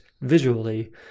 visually